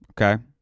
Okay